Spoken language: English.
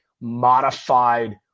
modified